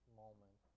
moment